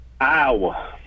Iowa